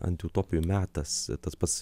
antiutopijų metas tas pats